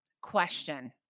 question